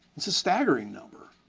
it's a staggering number.